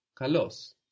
Kalos